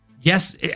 Yes